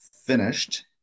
finished